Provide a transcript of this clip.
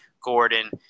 Gordon